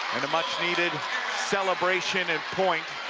and a much-needed celebration and point